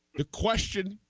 the question